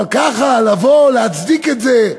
אבל ככה, לבוא, להצדיק את זה,